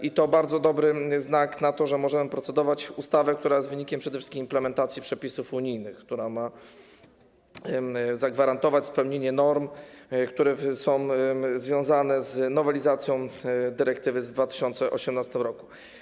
I to bardzo dobry znak, że możemy procedować nad ustawą, która jest wynikiem przede wszystkim implementacji przepisów unijnych, która ma zagwarantować spełnienie norm, które są związane z nowelizacją dyrektywy z 2018 r.